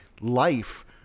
life